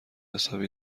حسابی